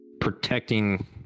protecting